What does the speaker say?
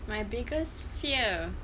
my biggest fear